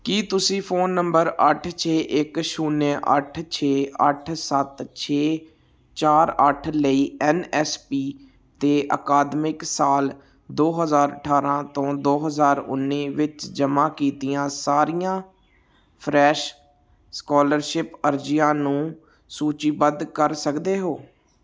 ਕੀ ਤੁਸੀਂ phone number ਅੱਠ ਛੇ ਇੱਕ ਛੁਨਿਆ ਅੱਠ ਛੇ ਅੱਠ ਸੱਤ ਛੇ ਚਾਰ ਅੱਠ ਲਈ ਐਨ ਐਸ ਪੀ 'ਤੇ ਅਕਾਦਮਿਕ ਸਾਲ ਦੋ ਹਜ਼ਾਰ ਅਠਾਰਾਂ ਤੋਂ ਦੋ ਹਜ਼ਾਰ ਉੱਨੀ ਵਿੱਚ ਜਮ੍ਹਾਂ ਕੀਤੀਆਂ ਸਾਰੀਆਂ ਫਰੈਸ਼ ਸਕਾਲਰਸ਼ਿਪ ਅਰਜੀਆਂ ਨੂੰ ਸੂਚੀਬੱਧ ਕਰ ਸਕਦੇ ਹੋ